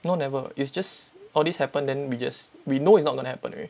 no never is just all these happened then we just we know it's not gonna happen already